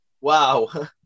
Wow